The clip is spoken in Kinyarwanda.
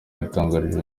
yatangarije